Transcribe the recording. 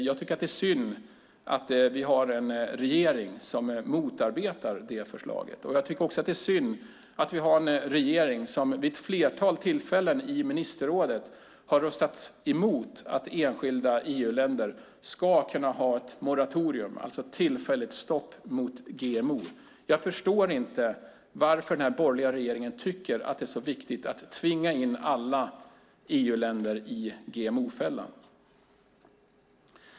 Jag tycker att det är synd att vi har en regering som motarbetar förslaget. Det är också synd att vi har en regering som vid ett flertal tillfällen i ministerrådet har röstat emot att enskilda EU-länder ska kunna ha ett moratorium, alltså tillfälligt stopp, för GMO. Jag förstår inte varför den här borgerliga regeringen tycker att det är så viktigt att tvinga in alla EU-länder i GMO-fällan.